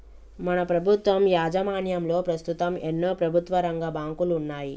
మన ప్రభుత్వం యాజమాన్యంలో పస్తుతం ఎన్నో ప్రభుత్వరంగ బాంకులున్నాయి